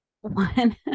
one